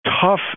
tough